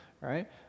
right